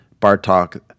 Bartok